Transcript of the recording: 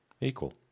equal